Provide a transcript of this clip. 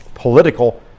political